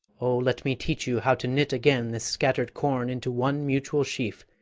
o, let me teach you how to knit again this scattered corn into one mutual sheaf,